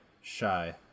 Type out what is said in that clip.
shy